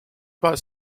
was